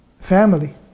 family